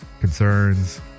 concerns